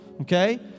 okay